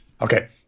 Okay